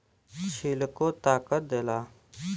छिलको ताकत देला